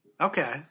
Okay